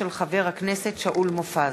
של חבר הכנסת שאול מופז.